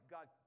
God